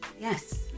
Yes